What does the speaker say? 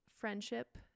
friendship